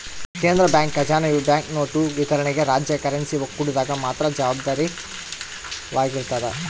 ಕೇಂದ್ರ ಬ್ಯಾಂಕ್ ಖಜಾನೆಯು ಬ್ಯಾಂಕ್ನೋಟು ವಿತರಣೆಗೆ ರಾಜ್ಯ ಕರೆನ್ಸಿ ಒಕ್ಕೂಟದಾಗ ಮಾತ್ರ ಜವಾಬ್ದಾರವಾಗಿರ್ತದ